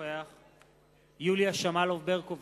נוכח יוליה שמאלוב-ברקוביץ,